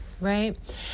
right